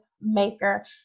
maker